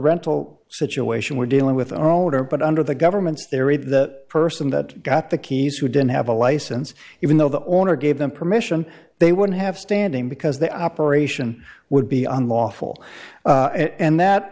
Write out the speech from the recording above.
rental situation we're dealing with the owner but under the government's theory the person that got the keys who didn't have a license even though the owner gave them permission they wouldn't have standing because the operation would be unlawful and that